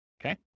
Okay